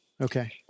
Okay